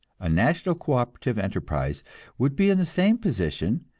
a national co-operative enterprise would be in the same position,